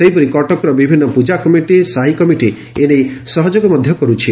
ସେହିପରି କଟକର ବିଭିନ୍ ପ୍ଜା କମିଟି ସାହି କମିଟି ଏନେଇ ସହଯୋଗ କର୍ଛି